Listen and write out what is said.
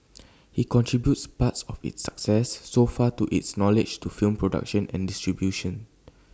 he contributes part of its success so far to his knowledge to film production and distribution